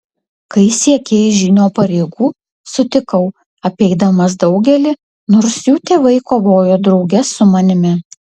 kai siekei žynio pareigų sutikau apeidamas daugelį nors jų tėvai kovojo drauge su manimi